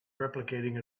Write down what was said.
replicating